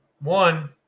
One